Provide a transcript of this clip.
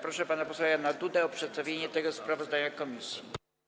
Proszę pana posła Jana Dudę o przedstawienie tego sprawozdania komisji.